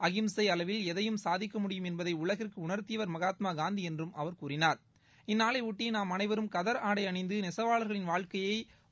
அகிம்சை அளவில் எதையும் சாதிக்க முடியும் என்பதை உலகிற்கு உணர்த்தியவர் மகாத்மாகாந்தி என்றும் அவர் இந்நாளையொட்டி நாம் அனைவரும் கதர் ஆடை அணிந்து நெசவாளர்களின் வாழ்க்கையை கூறினார்